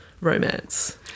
romance